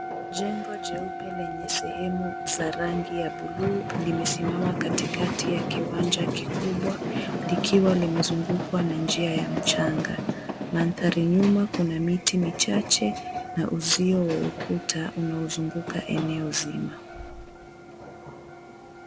Jengo jeupe lenye sehemu za rangi ya bluu, limesimama katikati ya kiwanja kikubwa, likiwa limezungukwa na njia ya mchanga. Mandhari nyuma kuna miti michache, na uzio wa ukuta unaozunguka eneo zima.